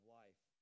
life